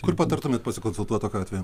kur patartumėt pasikonsultuot tokiu atveju